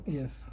yes